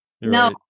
No